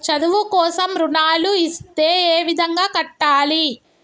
చదువు కోసం రుణాలు ఇస్తే ఏ విధంగా కట్టాలి?